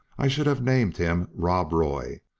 i should have named him rob roy,